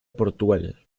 portugal